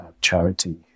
charity